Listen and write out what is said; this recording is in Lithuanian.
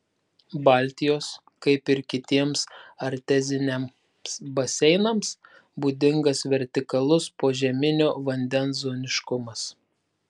baltijos kaip ir kitiems arteziniams baseinams būdingas vertikalus požeminio vandens zoniškumas